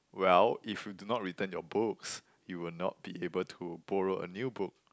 well if you do not return your books you will not be able to borrow a new book